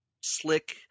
slick